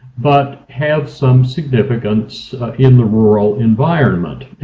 but have some significance in the rural environment.